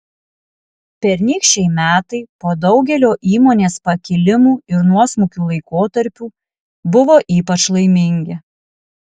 pernykščiai metai po daugelio įmonės pakilimų ir nuosmukių laikotarpių buvo ypač laimingi